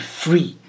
free